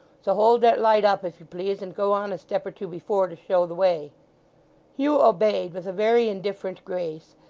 so hold that light up, if you please, and go on a step or two before, to show the way hugh obeyed with a very indifferent grace,